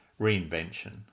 reinvention